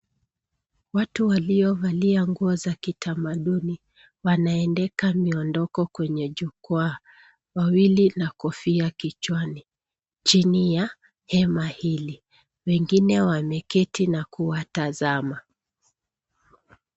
Watu walio valia nguo za kitamaduni, wanaendeka miondoko kwenye jukwaa. Wawili na kofia kichwani Chini ya hema hili. Wengine wameketi na kuwatazama.